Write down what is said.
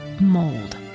mold